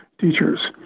teachers